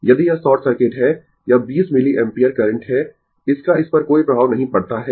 यदि यह short circuit है यह 20 मिलिएम्पियर करंट है इसका इस पर कोई प्रभाव नहीं पड़ता है